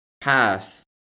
pass